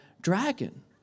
dragon